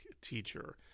teacher